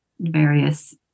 various